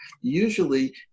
Usually